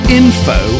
info